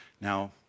Now